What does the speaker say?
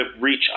reach